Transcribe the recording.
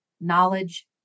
knowledge